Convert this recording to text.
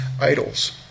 idols